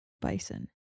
bison